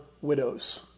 widows